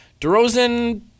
DeRozan